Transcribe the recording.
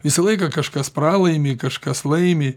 visą laiką kažkas pralaimi kažkas laimi